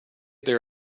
there